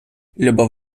любов